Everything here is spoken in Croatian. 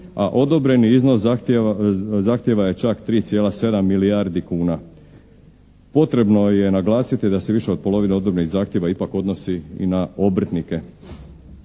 a odobreni iznos zahtjeva je čak 3,7 milijardi kuna. Potrebno je naglasiti da se više od polovine odobrenih zahtjeva ipak odnosi i na obrtnike.